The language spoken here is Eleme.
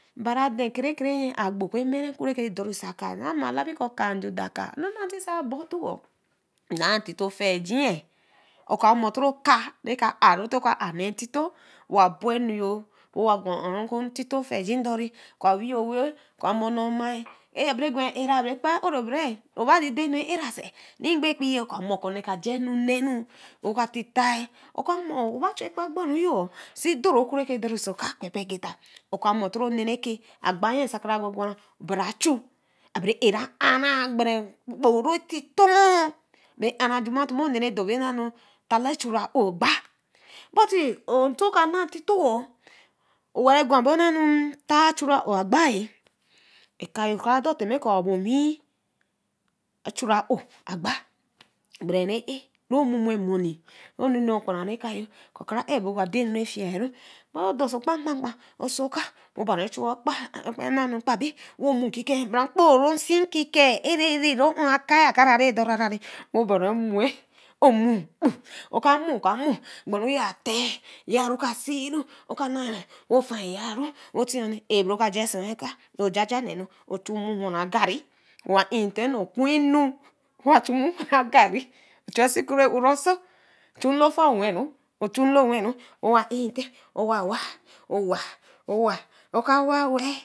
Obari aden kerekereyi agbo oku ɛmere oku ɛke dorso aka wa mi ma labẽ kɔ̃ aka nju-dorallaa alola tii sa bordõ ma ntito ofiijii oka mo tro oka reke ah ti to ka ae nee ntito owa bronu-ɛh wo gwa oh oku ntito ofiujii dor-ɛh oka weẽ owa oka mana-omal abre gwa ɛra abre kpa a oũii obere roba si dae nu ɛra regbo ɛkpii ka mo kɔ̃ne ka ja nu nee oka tita-ɛh aka mo ba chu ɛkpa ogburu si do oku redor oso oka ɛkpe ɛkpe ɛkpe gita oka mo oneeh reke a gba-yii sakagwa gwa obere achur abere awh gbere okpowh titi-ɛh abre arr jima tro oneh dor bor naani taele achuri ‘o’ agba buty to aka naa tito owa gwa ɛbo otae achu ‘o’ agba-ɛh ɛka kra dor tima kɔ̃ a’ oh bor owi chuwa ‘o’ agba gbere-a-ro momo monẽ ro nene okporoh ɛka-oh ka kra ɛbo oka dae enu afiu-ɛh ma so dorso kpakpa kpa wo sẽ oka we ba-ɛh ehu kpa ɛkpa be wo mo nkiken bra okporo nsi nkikeh aaerɛ̃ ro oh a-ka akrãã redordorah wo gwa ɛo wi mo gbo oka omo omo yaro ka si-ɛh oka naa we ofin yara ae bre oka jh si-okah ro jaja nne nu wo chu mo owe agarẽ owaintite nee okɔ̃nu owa chumo we re agari ochu lofa oweri o chu nlo weri owaintite owa waa owaa oka owa wel